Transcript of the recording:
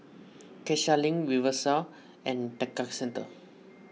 Cassia Link Rivervale and Tekka Centre